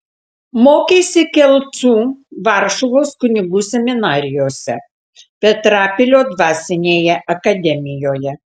mokėsi kelcų varšuvos kunigų seminarijose petrapilio dvasinėje akademijoje